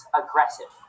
aggressive